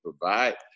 provide